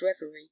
reverie